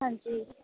ਹਾਂਜੀ